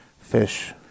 Fish